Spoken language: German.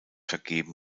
vergeben